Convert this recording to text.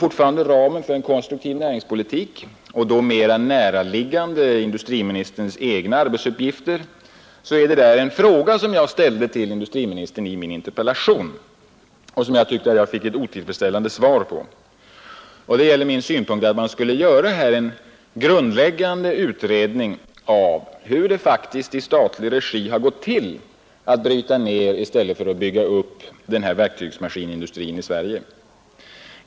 Inom ramen för en konstruktiv näringspolitik — och då mera näraliggande industriministerns egna arbetsuppgifter — ställde jag en fråga till industriministern i min interpellation, som jag tycker att jag fick ett otillfredställande svar på. Min synpunkt var att man skulle göra en grundläggande utredning av hur det i statlig regi har gått till att bryta ner i stället för att bygga upp verktygsmaskinindustrin i Sverige.